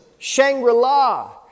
Shangri-La